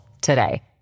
today